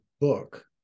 book